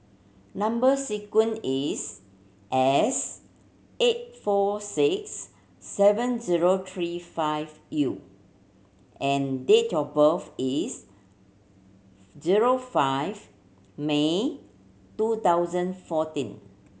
number sequence is S eight four six seven zero three five U and date of birth is zero five May two thousand fourteen